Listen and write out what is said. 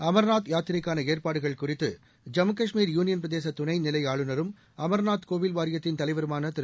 அர்நாத் யாத்திரைக்கான ஏற்பாடுகள் குறித்து ஜம்மு காஷ்மீர் யூனியன் பிரதேச துணைநிலை ஆளுநரும் அமர்நாத் கோவில் வாரியத்தின் தலைவருமான திரு